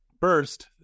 First